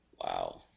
Wow